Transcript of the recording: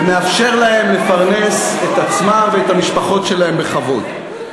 ומאפשר להם לפרנס את עצמם ואת המשפחות שלהם בכבוד.